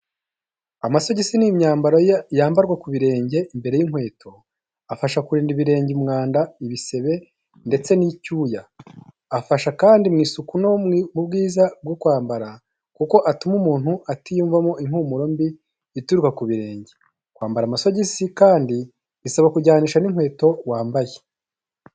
Amasogisi ni imyambaro yambarwa ku birenge imbere y’inkweto, afasha kurinda ibirenge umwanda, ibisebe, ndetse n’icyuya. Afasha kandi mu isuku no mu bwiza bwo kwambara, kuko atuma umuntu atiyumvamo impumuro mbi ituruka ku birenge. Kwambara amasogisi kandi bisaba kujyanisha n’inkweto wambaye.